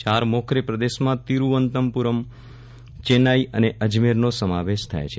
ચાર મોખરે પ્રદેશમાં તિરૂવનંતપુરમ ચેન્નાઇ અને અજમેરનો સમાવેશ થાય છે